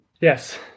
Yes